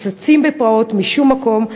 שצצים בפראות משום מקום,